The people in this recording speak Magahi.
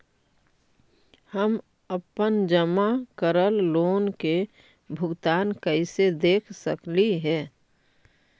हम अपन जमा करल लोन के भुगतान कैसे देख सकली हे?